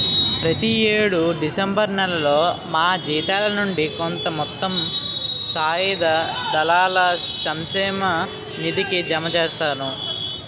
ప్రతి యేడు డిసెంబర్ నేలలో మా జీతాల నుండి కొంత మొత్తం సాయుధ దళాల సంక్షేమ నిధికి జమ చేస్తాము